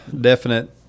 definite